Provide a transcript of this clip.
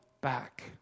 back